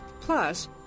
Plus